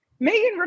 Megan